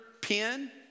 pen